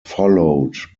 followed